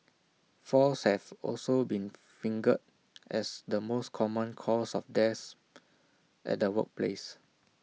falls have also been fingered as the most common cause of deaths at the workplace